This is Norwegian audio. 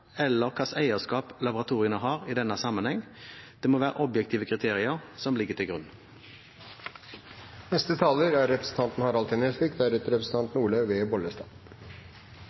eller til hva slags eierskap laboratoriene har i denne sammenheng. Det må være objektive kriterier som ligger til grunn. I utgangspunktet må jeg bare si at jeg er fullt ut enig med representanten